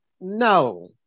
No